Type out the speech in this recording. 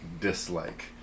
dislike